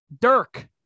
Dirk